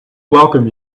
welcome